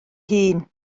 hun